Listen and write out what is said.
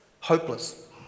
Hopeless